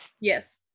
Yes